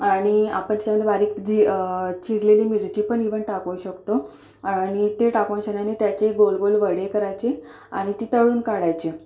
आणि आपण बारीक जी चिरलेली मिरची पण इवन टाकू शकतो आणि ते टाकूनशान आणि त्याचे गोल गोल वडे करायचे आणि ते तळून काढायचे